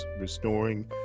restoring